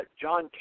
John